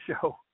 show